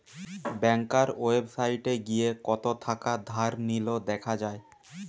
ব্যাংকার ওয়েবসাইটে গিয়ে কত থাকা ধার নিলো দেখা যায়